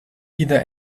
either